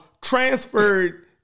transferred